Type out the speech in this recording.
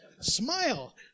Smile